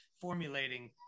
formulating